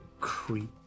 creep